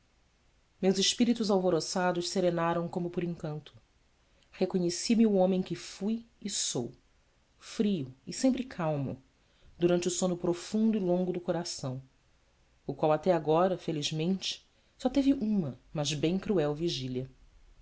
meus espíritos alvoroçados serenaram como por encanto reconheci me o homem que fui e sou frio e sempre calmo durante o sono profundo e longo do coração o qual até agora felizmente só teve uma mas bem cruel vigília